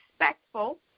respectful